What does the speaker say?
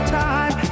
time